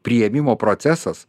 priėmimo procesas